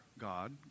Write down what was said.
God